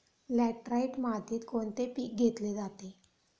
Laterite मातीत कोणते पीक घेतले जाते?